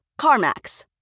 CarMax